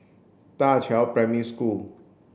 Da Qiao Primary School